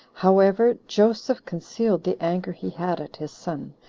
however, joseph concealed the anger he had at his son,